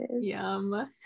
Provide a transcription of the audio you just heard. Yum